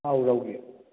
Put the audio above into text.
ꯑꯧ ꯔꯧꯒꯤ